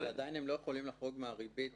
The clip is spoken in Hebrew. עדיין הם לא יכולים לחרוג מהריבית